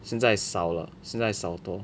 现在少了现在少多